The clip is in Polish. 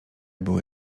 były